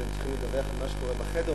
והם צריכים לדווח על מה שקורה בחדר.